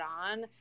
on